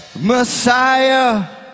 Messiah